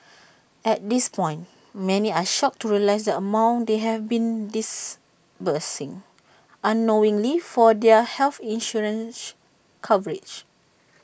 at that point many are shocked to realise the amount they have been disbursing unknowingly for their health insurance coverage